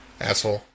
Asshole